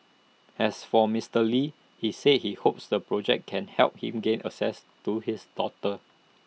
as for Mister lee he said he hopes the project can help him gain access to his daughter